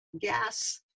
gas